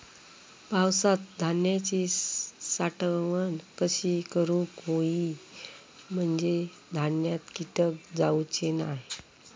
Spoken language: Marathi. पावसात धान्यांची साठवण कशी करूक होई म्हंजे धान्यात कीटक जाउचे नाय?